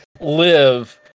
live